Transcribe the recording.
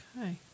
Okay